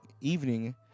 evening